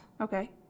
Okay